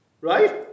right